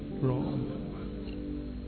wrong